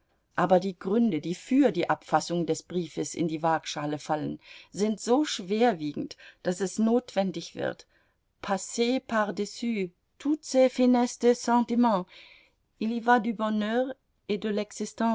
aber die gründe die für die abfassung des briefes in die waagschale fallen sind so schwerwiegend daß es notwendig wird